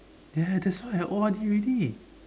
ya that's why I O_R_D already